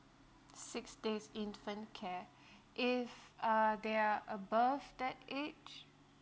six days infant care if uh there are above that age